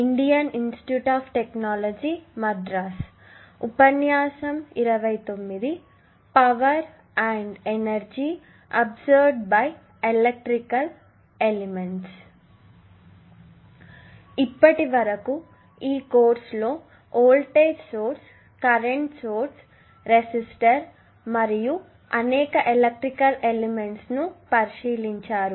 ఇప్పటివరకు ఈ కోర్సులో voltage source current source resistor మరియు అనేక ఎలక్ట్రికల్ ఎలిమెంట్స్ ను పరిశీలించారు